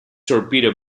torpedo